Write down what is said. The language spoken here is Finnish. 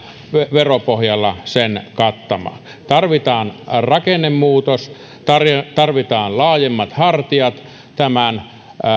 veropohjalla ne kattamaan tarvitaan rakennemuutos tarvitaan laajemmat hartiat tämän